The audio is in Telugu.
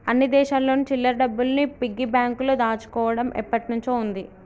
అన్ని దేశాల్లోను చిల్లర డబ్బుల్ని పిగ్గీ బ్యాంకులో దాచుకోవడం ఎప్పటినుంచో ఉంది